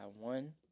one